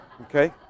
okay